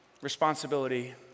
responsibility